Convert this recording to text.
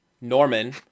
Norman